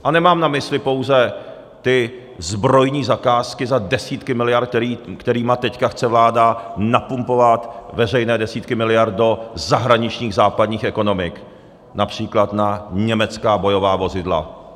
A nemám na mysli pouze ty zbrojní zakázky za desítky miliard, kterými teď chce vláda napumpovat veřejné desítky miliard do zahraničních západních ekonomik, například na německá bojová vozidla.